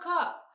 up